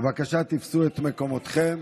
בבקשה, תפסו את מקומותיכם.